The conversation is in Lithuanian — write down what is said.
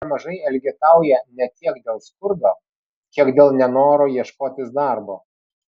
nemažai elgetauja ne tiek dėl skurdo kiek dėl nenoro ieškotis darbo